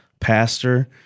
pastor